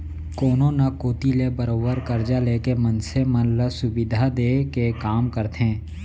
कोनो न कोती ले बरोबर करजा लेके मनसे मन ल सुबिधा देय के काम करथे